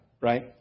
right